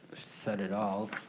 said it all.